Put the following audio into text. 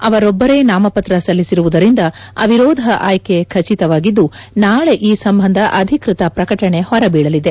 ಅವರೊಬ್ಬರೇ ನಾಮಪತ್ರ ಸಲ್ಲಿಸಿರುವುದರಿಂದ ಅವಿರೋಧ ಆಯ್ಕೆ ಖಚಿತವಾಗಿದ್ದು ನಾಳಿ ಈ ಸಂಬಂಧ ಅಧಿಕೃತ ಪ್ರಕಟಣೆ ಹೊರಬೀಳಲಿದೆ